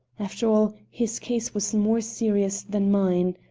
after all, his case was more serious than mine.